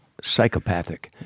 psychopathic